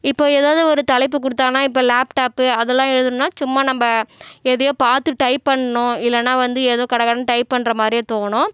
இப்போ ஏதாவது ஒரு தலைப்பு கொடுத்தாங்கன்னா இப்போ லேப்டாப்பு அதெல்லாம் எழுதணும்னால் சும்மா நம்ம எதையோ பார்த்து டைப் பண்ணிணோம் இல்லைனா வந்து ஏதோ கட கடனு டைப் பண்ணுற மாதிரியே தோணும்